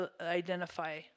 identify